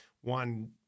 one